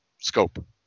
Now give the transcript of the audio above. scope